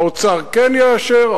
האוצר כן יאשר,